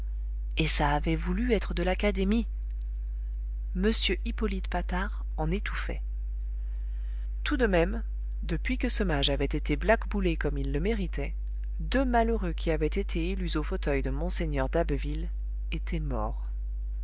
et ça avait voulu être de l'académie m hippolyte patard en étouffait tout de même depuis que ce mage avait été blackboulé comme il le méritait deux malheureux qui avaient été élus au fauteuil de mgr d'abbeville étaient morts